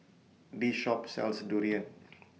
This Shop sells Durian